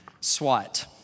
SWAT